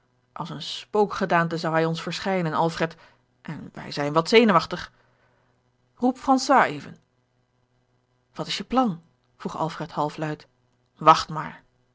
als eene spookgedaante zou hij ons verschjjnen alfred en wij zijn wat zenuwachtig george een ongeluksvogel roep françois even wat is je plan vroeg alfred half luid wacht maar